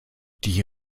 die